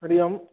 हरिः ओम्